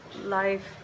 life